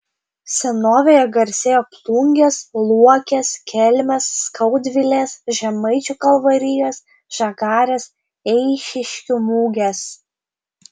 senovėje garsėjo plungės luokės kelmės skaudvilės žemaičių kalvarijos žagarės eišiškių mugės